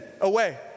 away